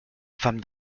femme